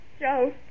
Joe